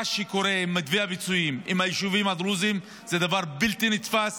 מה שקורה עם מתווה הפיצויים עם היישובים הדרוזיים זה דבר בלתי נתפס.